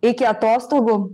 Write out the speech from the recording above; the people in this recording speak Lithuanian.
iki atostogų